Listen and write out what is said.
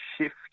shift